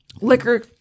liquor